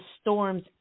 storm's